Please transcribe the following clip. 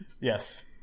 yes